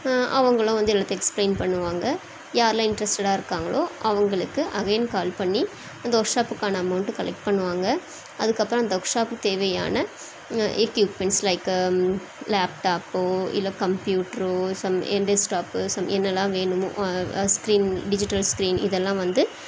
அவங்களும் வந்து எல்லாத்தையும் எக்ஸ்ப்ளைன் பண்ணுவாங்கள் யார்லாம் இன்ட்ரெஸ்ட்டடாக இருக்காங்களோ அவங்களுக்கு அகைன் கால் பண்ணி இந்த ஒர்க் ஷாப்புக்கான அமௌண்ட்டு கலெக்ட் பண்ணுவாங்கள் அதுக்கப்புறம் அந்த ஒர்க் ஷாப்புக்கு தேவையான எக்யூப்மெண்ட்ஸ் லைக்கு லேப்டாப்போ இல்லை கம்ப்யூட்ரோ சம் எண்டஸ்டாப்பு சம் என்னலாம் வேணுமோ ஸ்க்ரீன் டிஜிட்டல் ஸ்க்ரீன் இதெல்லாம் வந்து